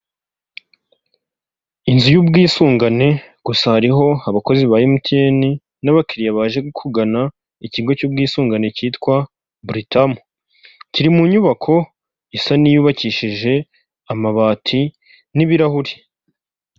Inzu y'ubwisungane gusa hariho abakozi ba emutiyene n'abakiriya baje kugana ikigo cy'ubwisungane cyitwa buritamu, kiri mu nyubako isa n'iyubakishije amabati n'ibirahuri.